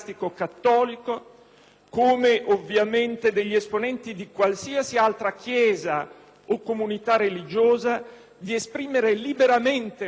come ovviamente degli esponenti di qualsiasi altra chiesa o comunità religiosa, di esprimere liberamente la propria opinione